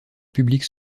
public